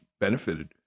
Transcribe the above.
benefited